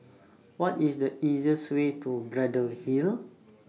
What IS The easiest Way to Braddell Hill